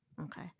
okay